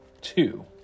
two